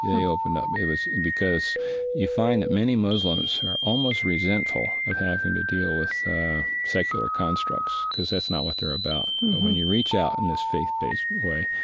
they opened up. it was because you find that many muslims are almost resentful of having to deal with secular constructs, because that's not what they're about. but when you reach out in this faith-based way,